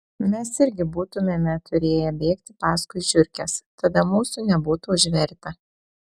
mes irgi būtumėme turėję bėgti paskui žiurkes tada mūsų nebūtų užvertę